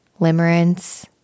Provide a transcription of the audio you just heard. Limerence